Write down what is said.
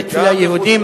בתי-תפילה יהודיים?